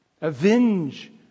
Avenge